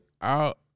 out